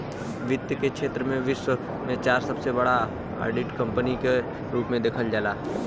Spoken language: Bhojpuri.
वित्त के क्षेत्र में विश्व में चार सबसे बड़ा ऑडिट कंपनी के रूप में देखल जाला